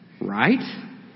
right